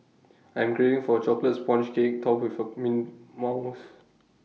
I am craving for Chocolate Sponge Cake Topped with mint